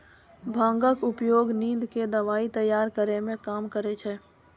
भांगक उपयोग निंद रो दबाइ तैयार करै मे काम करै छै